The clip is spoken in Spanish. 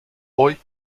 hoy